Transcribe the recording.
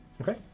okay